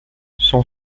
son